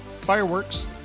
Fireworks